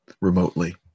remotely